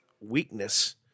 weakness